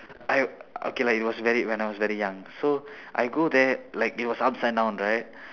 I okay lah it was very when I was very young so I go there like it was upside down right